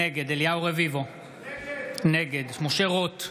נגד אליהו רביבו, נגד משה רוט,